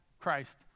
Christ